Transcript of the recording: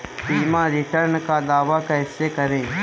बीमा रिटर्न का दावा कैसे करें?